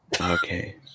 Okay